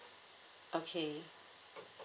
okay